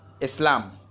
Islam